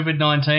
COVID-19